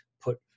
put